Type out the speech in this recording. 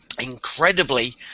incredibly